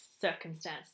circumstance